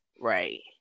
Right